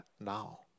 now